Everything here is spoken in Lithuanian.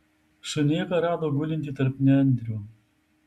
šunėką rado gulintį tarp nendrių